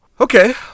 Okay